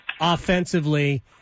offensively